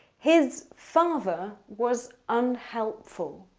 his father was unhelpful.